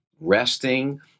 resting